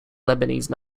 lebanese